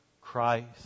Christ